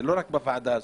זה לא רק בוועדה הזו.